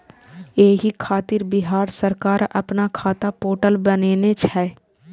एहि खातिर बिहार सरकार अपना खाता पोर्टल बनेने छै